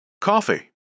Coffee